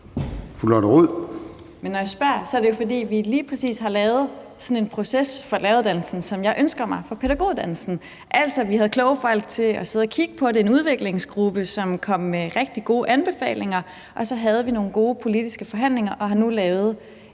(RV): Men når jeg spørger, er det jo, fordi vi lige præcis har lavet sådan en proces for læreruddannelsen, som jeg ønsker mig for pædagoguddannelsen. Altså, vi havde kloge folk til at sidde og kigge på det – en udviklingsgruppe, som kom med rigtig gode anbefalinger. Og så havde vi nogle gode politiske forhandlinger og har nu lavet